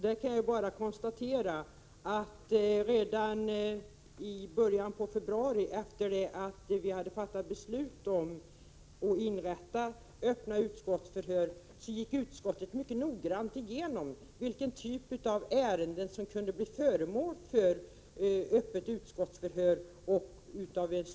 Jag kan bara konstatera att redan i början av februari, efter det att vi hade fattat beslut om öppna utskottsförhör, gick utskottet mycket noggrant igenom vilken typ av ärenden som i större omfattning kunde bli föremål för öppna utskottsförhör och hearingar. Prot.